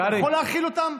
אתה יכול להכיל אותם?